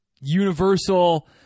universal